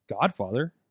Godfather